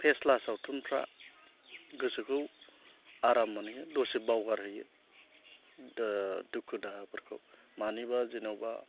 फेस्ला सावथुनफ्रा गोसोखौ आराम मोनहोयो दसे बावगारहोयो दुखु दाहाफोरखौ मानिबा जेन'बा